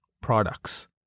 products